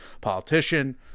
politician